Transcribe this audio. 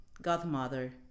Godmother